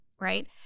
right